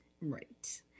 right